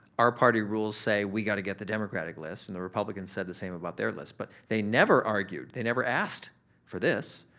our party rules say we gotta get the democratic list and the republicans said the same about their list but they never argued. they never asked for this.